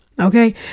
Okay